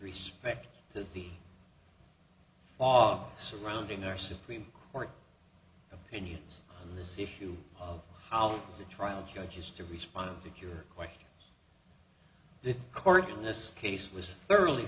respect to the fog surrounding our supreme court opinions on this issue of how the trial judge has to respond if your question the court in this case was thoroughly